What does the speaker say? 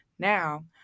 Now